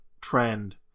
trend